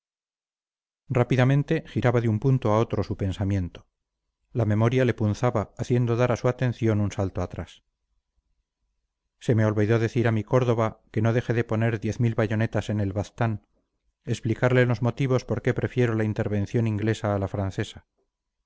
rápidamente giraba de un punto a otro su pensamiento la memoria le punzaba haciendo dar a su atención un salto atrás se me olvidó decir a córdoba que no deje de poner diez mil bayonetas en el baztán explicarle los motivos por que prefiero la intervención inglesa a la francesa